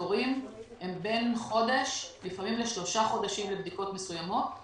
התורים הם בין חודש לשלושה חודשים לבדיקות מסוימות.